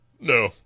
No